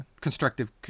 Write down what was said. constructive